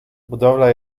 budowla